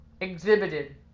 exhibited